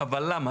אבל, למה?